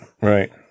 Right